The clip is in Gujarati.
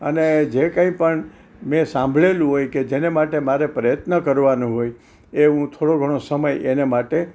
અને જે કંઈપણ મેં સાંભળેલું હોય કે જેના માટે મારે પ્રયત્ન કરવાનો હોય એ હું થોડો ઘણો સમય એને માટે